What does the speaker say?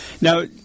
Now